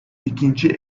i̇kinci